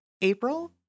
April